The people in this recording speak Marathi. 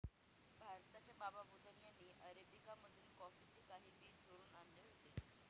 भारताच्या बाबा बुदन यांनी अरेबिका मधून कॉफीचे काही बी चोरून आणले होते